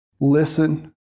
listen